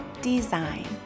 design